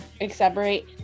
exacerbate